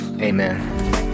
Amen